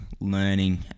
learning